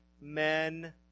men